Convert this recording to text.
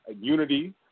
unity